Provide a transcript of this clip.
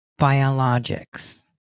biologics